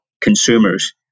consumers